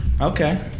Okay